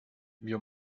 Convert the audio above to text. wir